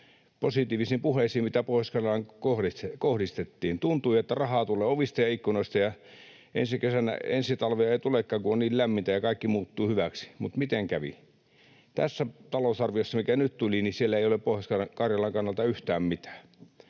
positiivisiin puheisiin, mitä Pohjois-Karjalaan kohdistettiin. Tuntui, että rahaa tulee ovista ja ikkunoista ja ensi talvea ei tulekaan, kun on niin lämmintä ja kaikki muuttuu hyväksi. Mutta miten kävi? Tässä talousarviossa, mikä nyt tuli, ei ole Pohjois-Karjalan kannalta yhtään mitään.